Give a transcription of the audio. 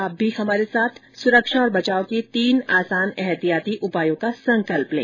आप भी हमारे साथ सुरक्षा और बचाव के तीन आसान एहतियाती उपायों का संकल्प लें